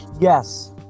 Yes